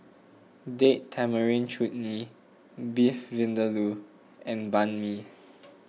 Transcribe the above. Date Tamarind Chutney Beef Vindaloo and Banh Mi